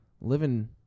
living